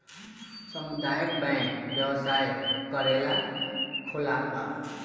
सामुदायक बैंक व्यवसाय करेला खोलाल बा